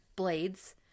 Blades